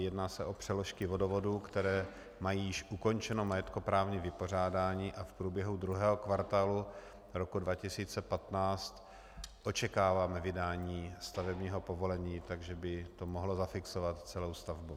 Jedná se o přeložky vodovodu, které mají již ukončené majetkoprávní vypořádání, a v průběhu druhého kvartálu roku 2015 očekáváme vydání stavebního povolení, takže by to mohlo zafixovat celou stavbu.